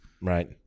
Right